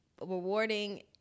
rewarding